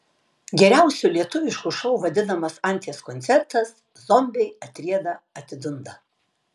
geriausiu lietuvišku šou vadinamas anties koncertas zombiai atrieda atidunda